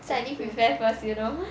so I need to prepare first you know